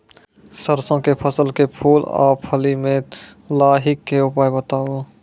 सरसों के फसल के फूल आ फली मे लाहीक के उपाय बताऊ?